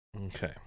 Okay